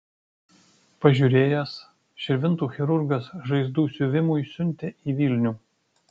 pažiūrėjęs širvintų chirurgas žaizdų siuvimui siuntė į vilnių